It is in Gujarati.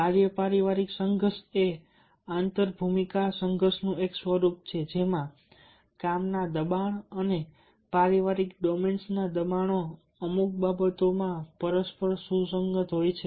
કાર્ય પારિવારિક સંઘર્ષ એ આંતર ભૂમિકા સંઘર્ષનું એક સ્વરૂપ છે જેમાં કામના દબાણ અને પારિવારિક ડોમેન્સના દબાણો અમુક બાબતોમાં પરસ્પર સુસંગત હોય છે